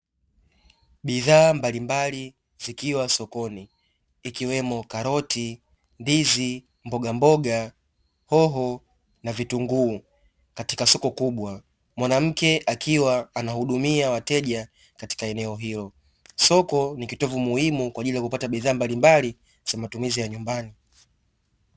Bidhaa mbalimbali zikiwa sokoni ikiwemo karoti, ndizi, mbogamboga, hoho na vitunguu katika soko kubwa. Mwanamke akiwa anahudumia wateja katika eneo hilo, soko ni kitovu muhimu kwa ajili ya kupata bidhaa mbalimbali kwa matumizi ya nyumbani.